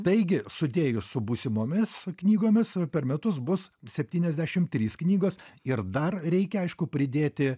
taigi sudėjus su būsimomis knygomis per metus bus septyniasdešim trys knygos ir dar reikia aišku pridėti